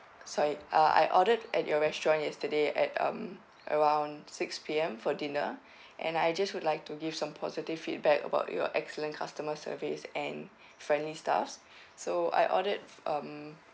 sorry uh I ordered at your restaurant yesterday at um around six P_M for dinner and I just would like to give some positive feedback about your excellent customer service and friendly staffs so I ordered um